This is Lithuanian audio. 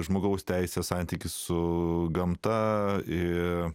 žmogaus teisės santykis su gamta ir